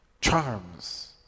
charms